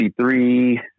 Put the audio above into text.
three